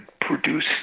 produce